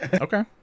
Okay